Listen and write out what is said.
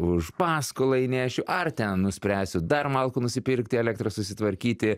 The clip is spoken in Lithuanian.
už paskolą įnešiu ar ten nuspręsiu dar malkų nusipirkti elektrą susitvarkyti